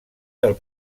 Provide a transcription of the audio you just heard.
del